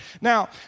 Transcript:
Now